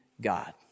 God